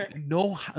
no